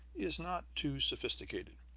is not too sophisticated.